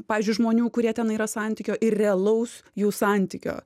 pavyzdžiui žmonių kurie ten yra santykio ir realaus jų santykio